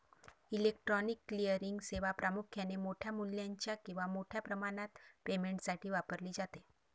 electronic clearing सेवा प्रामुख्याने मोठ्या मूल्याच्या किंवा मोठ्या प्रमाणात पेमेंटसाठी वापरली जाते